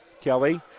Kelly